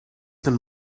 and